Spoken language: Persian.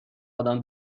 آدم